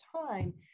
time